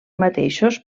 mateixos